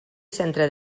centre